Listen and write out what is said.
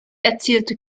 erzielte